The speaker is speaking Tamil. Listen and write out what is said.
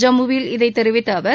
ஜம்முவில் இதை தெரிவித்த அவர்